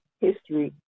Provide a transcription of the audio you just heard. history